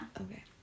Okay